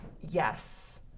yes